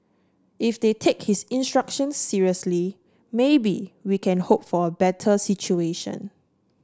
if they take his instructions seriously maybe we can hope for a better situation